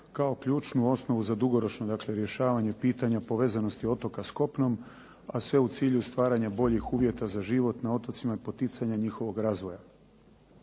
kao ključnu osnovu za dugoročno rješavanje pitanja povezanosti otoka s kopnom, a sve u cilju stvaranja boljih uvjeta života na otocima i poticanja njihovog razvoja.